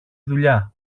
δουλειά